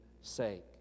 sake